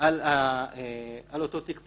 על אותו תיק פתוח,